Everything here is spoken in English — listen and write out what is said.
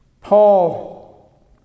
Paul